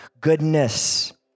Goodness